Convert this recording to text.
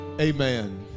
amen